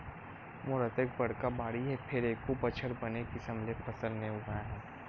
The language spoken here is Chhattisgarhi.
मोर अतेक बड़का बाड़ी हे फेर एको बछर बने किसम ले फसल नइ उगाय हँव